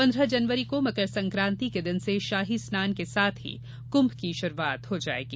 पन्द्रह जनवरी को मकर सक्रांति के दिन से शाही स्नान के साथ कुम्भ की शुरूआत हो जायेगी